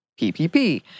PPP